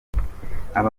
aba